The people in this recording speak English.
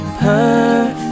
perfect